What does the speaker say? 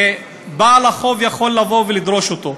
ובעל החוב יכול לבוא ולדרוש אותו.